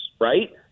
right